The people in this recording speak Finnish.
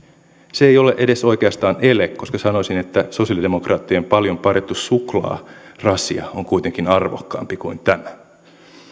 se ei ole edes oikeastaan ele koska sanoisin että sosialidemokraattien paljon parjattu suklaarasia on kuitenkin arvokkaampi kuin tämä